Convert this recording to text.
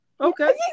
Okay